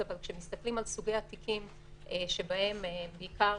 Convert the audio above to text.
אבל כשמסתכלים על סוגי התיקים שבהם בעיקר